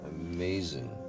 amazing